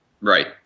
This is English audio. Right